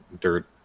dirt